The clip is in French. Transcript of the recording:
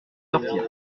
sortir